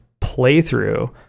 playthrough